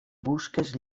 busques